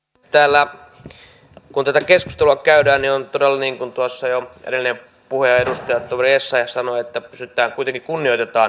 täällä kun tätä keskustelua käydään niin kuten tuossa jo edellinenkin puhuja edustajatoveri essayah sanoi myös minä toivon että kuitenkin kunnioitamme toisiamme